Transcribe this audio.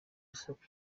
isoko